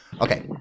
okay